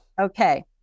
okay